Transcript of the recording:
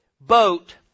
boat